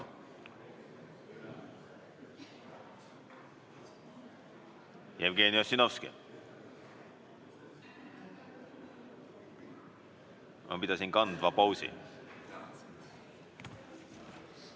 Jevgeni Ossinovski. Ma pidasin kandva pausi.